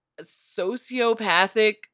sociopathic